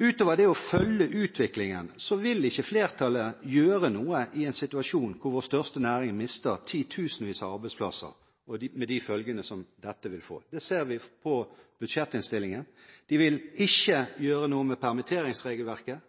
Utover det å følge utviklingen vil ikke flertallet gjøre noe i en situasjon hvor vår største næring mister titusenvis av arbeidsplasser med de følgene som dette vil få. Det ser vi på budsjettinnstillingen. De vil ikke gjøre noe med permitteringsregelverket.